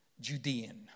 Judean